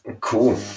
cool